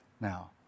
now